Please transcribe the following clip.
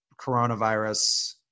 coronavirus